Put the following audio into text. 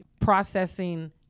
processing